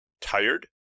tired